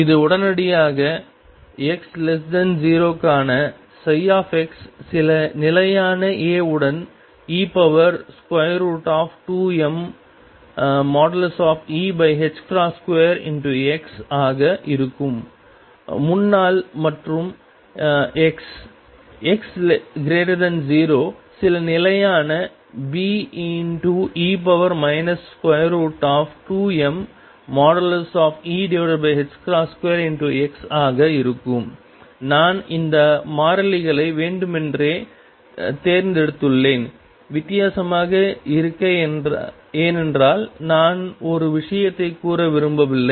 இது உடனடியாக x0 க்கான ψ சில நிலையான A உடன் e2mE2x ஆக இருக்கும் முன்னால் மற்றும் x0 சில நிலையான Be 2mE2x ஆக இருக்கும் நான் இந்த மாறிலிகளை வேண்டுமென்றே தேர்ந்தெடுத்துள்ளேன் வித்தியாசமாக இருக்க ஏனென்றால் நான் ஒரு விஷயத்தை கூற விரும்பவில்லை